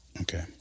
Okay